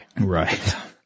Right